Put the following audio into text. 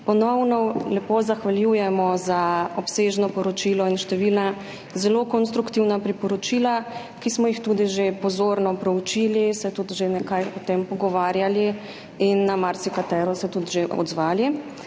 ponovno lepo zahvaljujemo za obsežno poročilo in številna zelo konstruktivna priporočila, ki smo jih tudi že pozorno proučili, se tudi že nekaj o tem pogovarjali in se na marsikatero tudi že odzvali.